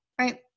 right